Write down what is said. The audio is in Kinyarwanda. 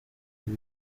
uyu